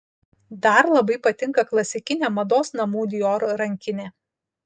dar labai patinka klasikinė mados namų dior rankinė